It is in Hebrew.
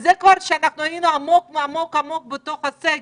וזה כבר כשהיינו עמוק-עמוק בסגר.